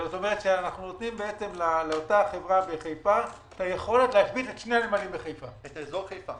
כלומר אנחנו נותנים לאותה חברה בחיפה את היכולת להשבית את אזור חיפה.